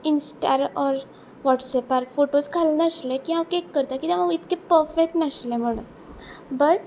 Instar or वॉट्सॅपार photos घालनाशिल्ले की हांव केक करता किद्याक हांव इतके पफेक्ट नाशिल्ले म्हणून बट